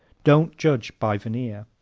don't judge by veneer